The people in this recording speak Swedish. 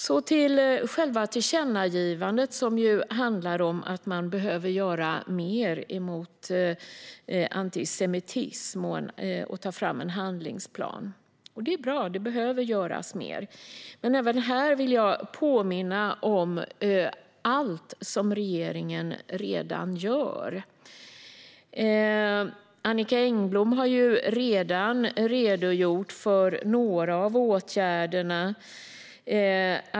Så till själva tillkännagivandet som handlar om att man behöver göra mer mot antisemitism och ta fram en handlingsplan. Det är bra. Det behöver göras mer. Men även här vill jag påminna om allt som regeringen redan gör. Annicka Engblom har redogjort för några av åtgärderna.